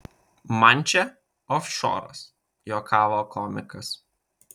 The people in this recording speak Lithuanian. man čia ofšoras juokavo komikas